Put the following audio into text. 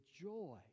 joy